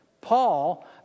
Paul